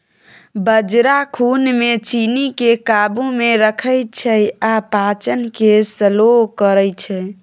बजरा खुन मे चीन्नीकेँ काबू मे रखै छै आ पाचन केँ स्लो करय छै